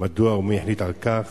מדוע ומי החליט כך?